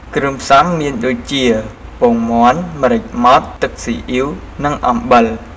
គ្រឿងផ្សំមានដូចជា ពងមាន់ ម្រេចម៉ដ្ឋ ទឹកស៊ីអ៉ីវ និងអំបិល ។